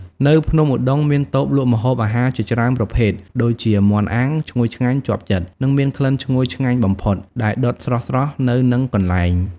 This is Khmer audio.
នៅភ្នំឧដុង្គ មានតូបលក់ម្ហូបអាហារជាច្រើនប្រភេទដូចជា មាន់អាំង ឈ្ងុយឆ្ងាញ់ជាប់ចិត្តនិងមានក្លិនឈ្ងុយឆ្ងាញ់បំផុត ដែលដុតស្រស់ៗនៅនឹងកន្លែង។